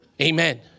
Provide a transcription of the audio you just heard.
Amen